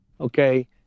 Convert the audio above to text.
okay